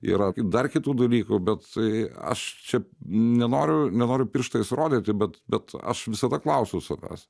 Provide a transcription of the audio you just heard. yra dar kitų dalykų bet aš čia nenoriu nenoriu pirštais rodyti bet bet aš visada klausiau savęs